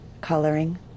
coloring